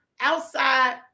outside